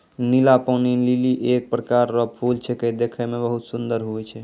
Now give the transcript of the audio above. नीला पानी लीली एक प्रकार रो फूल छेकै देखै मे सुन्दर हुवै छै